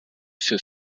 für